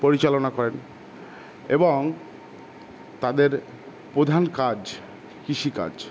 পরিচালনা করেন এবং তাদের প্রধান কাজ কৃষিকাজ